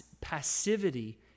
Passivity